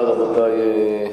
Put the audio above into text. כ/332).